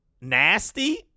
Nasty